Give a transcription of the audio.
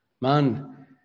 Man